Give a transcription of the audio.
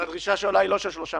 הדרישה שעולה היא לא של 3 מיליון.